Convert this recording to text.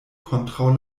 kontraŭ